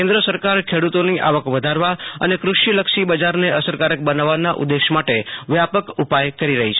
કેન્દ્ર સરકાર ખેડૂતોની આવક લુધારવા એને કૃષિલક્ષી બજારને અસરકારક બનાવવાના ઉદ્દેશ માટે વ્યાપક ઉપાયે કેરી રેફી છે